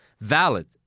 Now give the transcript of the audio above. valid